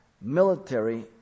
military